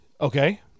Okay